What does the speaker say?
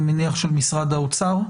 אני מניח של משרד האוצר,